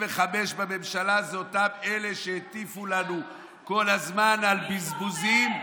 בממשלה הזאת הם אותם אלה שהטיפו לנו כל הזמן על בזבוזים.